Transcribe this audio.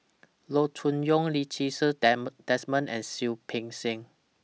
Loo Choon Yong Lee Ti Seng Desmond and Seah Peck Seah